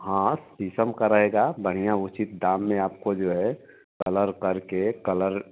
हाँ शीशम का रहेगा बढ़िया उचित दाम में आपको जो है कलर करके कलर